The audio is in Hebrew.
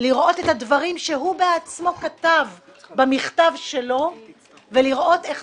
לראות את הדברים שהוא בעצמו כתב במכתבו ולראות איך